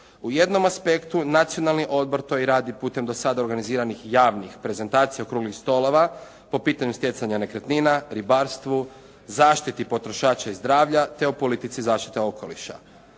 U jednom aspektu Nacionalni odbor to i radi putem do sada organiziranih javnih prezentacija okruglih stolova, po pitanju stjecanja nekretnina, ribarstvu, zaštiti potrošača i zdravlja te o politici zaštite okoliša.